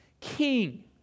king